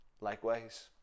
likewise